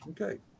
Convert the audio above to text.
Okay